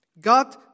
God